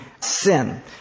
sin